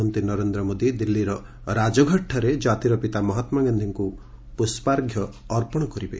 ପ୍ରଧାନମନ୍ତ୍ରୀ ନରେନ୍ଦ୍ର ମୋଦି ଦିଲ୍ଲୀର ରାଜଘାଟଠାରେ ଜାତିର ପିତା ମହାତ୍ଲା ଗାନ୍ଧିଙ୍କୁ ପୁଷ୍ଣାର୍ଘ୍ୟ ଅର୍ପଣ କରିବେ